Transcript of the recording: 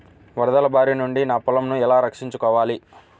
వరదల భారి నుండి నా పొలంను ఎలా రక్షించుకోవాలి?